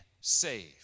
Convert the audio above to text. saved